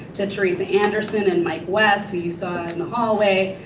to theresa anderson and mike wess who you saw in the hallway.